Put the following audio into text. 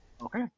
Okay